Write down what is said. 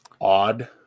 odd